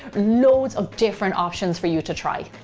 loads of different options for you to try.